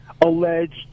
alleged